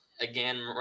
again